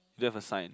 do you have a sign